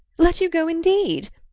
let you go, indeed!